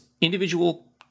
individual